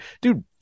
dude